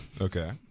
Okay